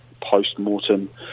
post-mortem